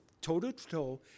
toe-to-toe